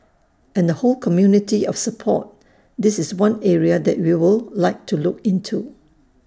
and the whole community of support this is one area that we'll like to look into